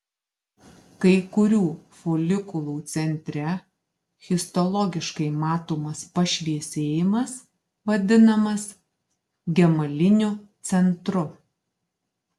kai kurių folikulų centre histologiškai matomas pašviesėjimas vadinamas gemaliniu centru